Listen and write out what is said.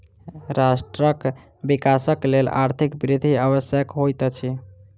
राष्ट्रक विकासक लेल आर्थिक वृद्धि आवश्यक होइत अछि